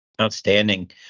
outstanding